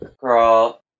girl